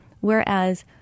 whereas